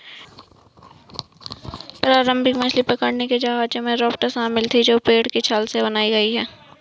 प्रारंभिक मछली पकड़ने के जहाजों में राफ्ट शामिल थीं जो पेड़ की छाल से बनाई गई